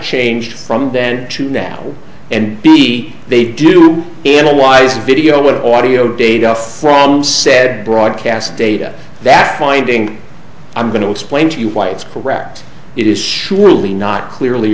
changed from then to now and be they do in a wise video and audio data from said broadcast data that finding i'm going to explain to you why it's correct it is surely not clearly